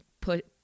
put